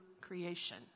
creation